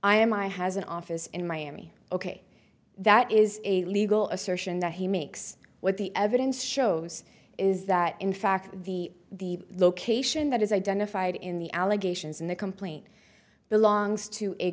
i am i has an office in miami ok that is a legal assertion that he makes what the evidence shows is that in fact the the location that is identified in the allegations in the complaint belongs to a